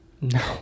No